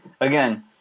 again